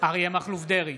אריה מכלוף דרעי,